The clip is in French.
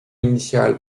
initiale